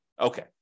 Okay